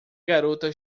garota